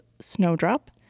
Snowdrop